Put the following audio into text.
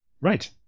Right